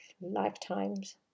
lifetimes